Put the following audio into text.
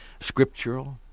scriptural